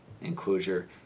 enclosure